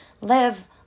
Live